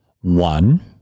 one